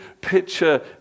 picture